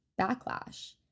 backlash